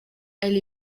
elle